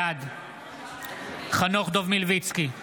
בעד חנוך דב מלביצקי,